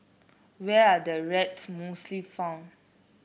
where are the rats mostly found